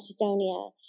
Macedonia